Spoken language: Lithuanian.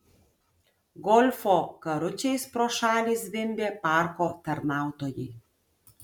golfo karučiais pro šalį zvimbė parko tarnautojai